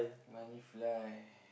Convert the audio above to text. money fly